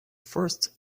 first